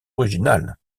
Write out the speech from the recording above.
originales